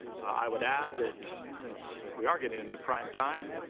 i would add that since we are getting into prime time,